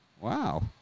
Wow